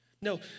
No